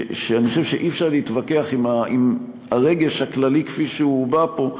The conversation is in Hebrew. אני חושב שאי-אפשר להתווכח עם הרגש הכללי כפי שהובע פה,